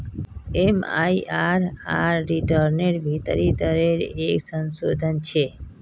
MIRR रिटर्नेर भीतरी दरेर एक संशोधन छे